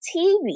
TV